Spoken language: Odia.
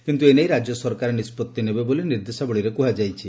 କିନ୍ତୁ ଏନେଇ ରାଜ୍ୟ ସରକାର ନିଷ୍ବଭି ନେବେ ବୋଲି ନିର୍ଦ୍ଦେଶାବଳୀରେ କୁହାଯାଇଛି